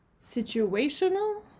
situational